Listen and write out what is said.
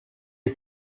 est